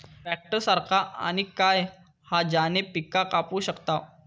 Tractor सारखा आणि काय हा ज्याने पीका कापू शकताव?